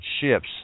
ships